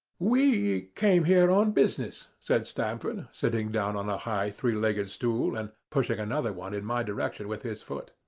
we came here on business, said stamford, sitting down on a high three-legged stool, and pushing another one in my direction with his foot.